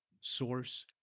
source